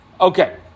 Okay